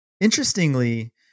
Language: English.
Interestingly